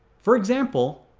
for example,